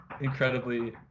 incredibly